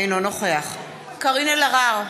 אינו נוכח קארין אלהרר,